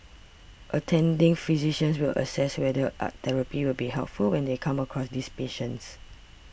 attending physicians will assess whether art therapy will be helpful when they come across these patients